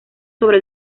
sobre